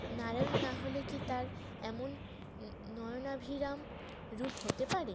নারায়ণ না হলে কি তার এমন নয়নাভিরাম রূপ হতে পারে